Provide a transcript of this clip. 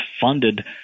funded